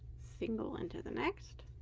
single into the next